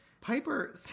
Piper